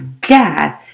God